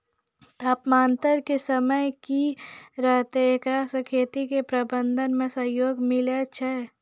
तापान्तर के समय की रहतै एकरा से खेती के प्रबंधन मे सहयोग मिलैय छैय?